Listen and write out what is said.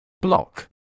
block